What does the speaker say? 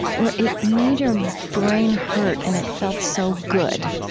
where it made your brain hurt and it felt so good.